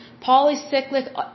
polycyclic